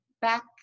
back